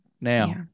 now